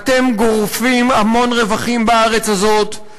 אתם גורפים המון רווחים בארץ הזאת,